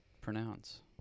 pronounce